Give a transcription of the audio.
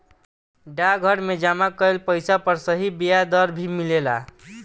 डाकघर में जमा कइल पइसा पर सही ब्याज दर भी मिलेला